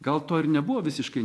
gal to ir nebuvo visiškai